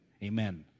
Amen